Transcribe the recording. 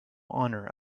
honour